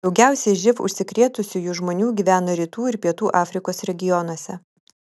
daugiausiai živ užsikrėtusiųjų žmonių gyvena rytų ir pietų afrikos regionuose